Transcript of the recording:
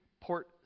port